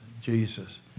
Jesus